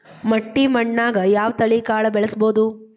ಮಟ್ಟಿ ಮಣ್ಣಾಗ್, ಯಾವ ತಳಿ ಕಾಳ ಬೆಳ್ಸಬೋದು?